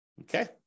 okay